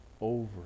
over